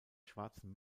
schwarzen